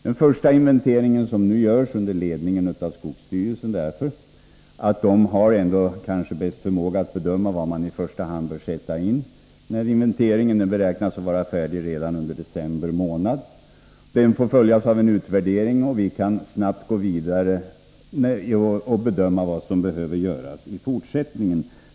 Den första inventering som nu görs under ledning av skogsstyrelsen, därför att man där kanske ändå har den största förmågan att bedöma var man i första hand bör sätta in åtgärder, beräknas vara färdig redan under december månad. Den får följas av en utvärdering, och sedan kan vi snabbt gå vidare och bedöma vad som behöver göras i fortsättningen.